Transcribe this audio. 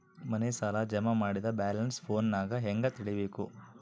ಮನೆ ಸಾಲ ಜಮಾ ಮಾಡಿದ ಬ್ಯಾಲೆನ್ಸ್ ಫೋನಿನಾಗ ಹೆಂಗ ತಿಳೇಬೇಕು?